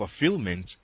fulfillment